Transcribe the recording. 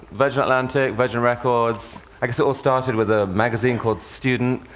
virgin atlantic, virgin records i guess it all started with a magazine called student.